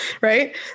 right